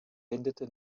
wendete